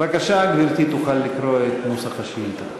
בבקשה, גברתי, תוכלי לקרוא את נוסח השאילתה.